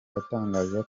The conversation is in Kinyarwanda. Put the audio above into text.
atangaza